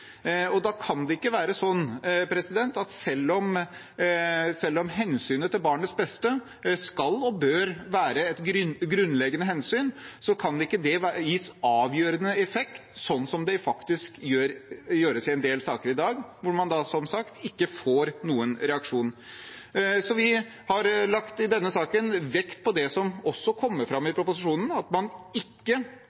og da kan det ikke være slik at hensynet til barnets beste gis avgjørende effekt, selv om det skal og bør være et grunnleggende hensyn – slik det faktisk gjøres i en del saker i dag, hvor man da, som sagt, ikke får noen reaksjon. Vi har i denne saken lagt vekt på det som også kommer fram i